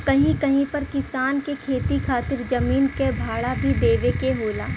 कहीं कहीं पर किसान के खेती खातिर जमीन क भाड़ा भी देवे के होला